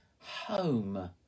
home